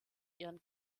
ihren